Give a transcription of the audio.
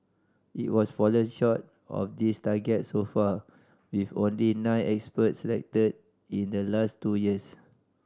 it was fallen short of this target so far with only nine experts selected in the last two years